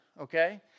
Okay